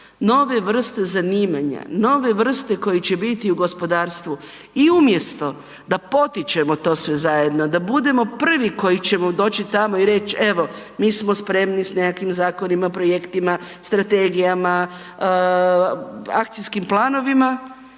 nove vrste zanimanja, nove vrste koje će biti u gospodarstvu. I umjesto da potičemo to sve zajedno, da budemo prvi koji ćemo doći tamo i reći, evo mi smo spremni s nekakvim zakonima, projektima, strategijama, akcijskom planovima,